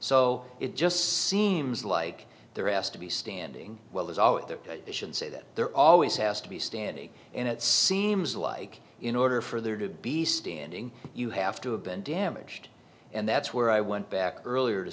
so it just seems like they're asked to be standing well as all their patients say that there always has to be standing and it seems like in order for there to be standing you have to have been damaged and that's where i went back earlier to